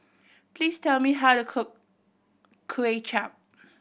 please tell me how to cook Kway Chap